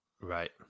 right